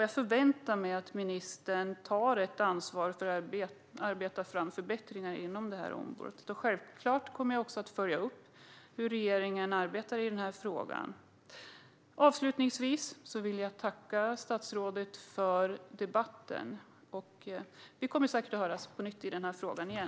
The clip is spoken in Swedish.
Jag förväntar mig att ministern tar ansvar för att arbeta fram förbättringar inom området. Jag kommer självklart att följa upp regeringens arbete i frågan. Avslutningsvis vill jag tacka statsrådet för debatten. Vi kommer säkert att höras i den här frågan igen.